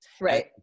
right